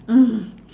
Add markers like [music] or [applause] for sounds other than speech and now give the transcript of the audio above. [laughs]